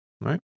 right